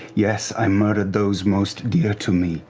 yes, i murdered those most dear to me,